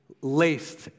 laced